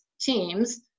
teams